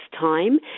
time